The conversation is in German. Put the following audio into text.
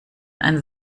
ein